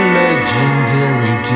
legendary